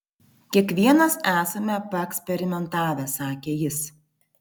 kiekvienas esame paeksperimentavę sakė jis